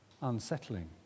unsettling